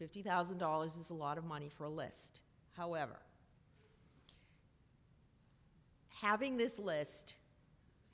fifty thousand dollars is a lot of money for a list however having this list